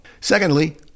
Secondly